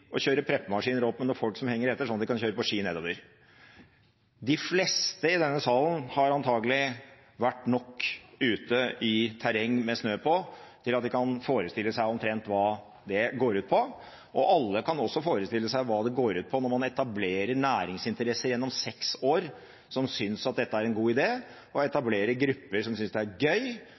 å kjøre preppemaskiner opp med noen folk som henger etter, sånn at de kan kjøre på ski nedover. De fleste i denne salen har antakelig vært nok ute i terreng med snø på, til at de kan forestille seg omtrent hva det går ut på. Alle kan også forestille seg hva det går ut på når man etablerer næringsinteresser gjennom seks år som synes at dette er en god idé, og etablerer grupper som synes det er gøy,